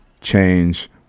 change